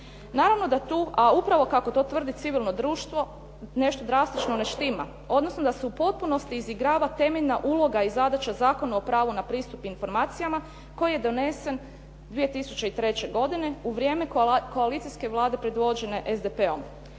se tu može. A upravo kako to tvrdi civilno društvo, nešto drastično ne štima, odnosno da se u potpunosti izigrava temeljna uloga i zadaća Zakona o pravu na pristup informacijama koji je donesen 2003. godine u vrijeme Koalicijske vlade predvođene SDP-om